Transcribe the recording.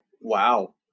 Wow